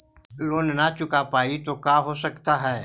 Loan न चुका पाई तो का हो सकता है?